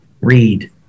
read